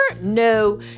no